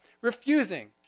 refusing